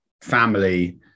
family